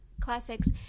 classics